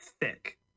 Thick